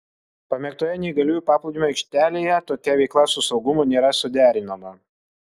pamėgtoje neįgaliųjų paplūdimio aikštelėje tokia veikla su saugumu nėra suderinama